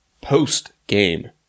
post-game